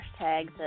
hashtag